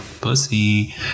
Pussy